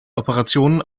operationen